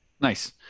nice